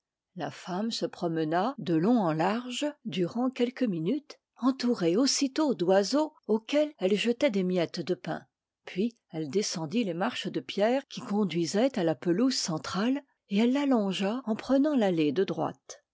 la femme se promena de long en large durant quelques minutes entourée aussitôt d'oiseaux auxquels elle jetait des miettes de pain puis elle descendit les marches de pierre qui conduisaient à la pelouse centrale et elle la longea en prenant l'allée de droite